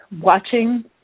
watching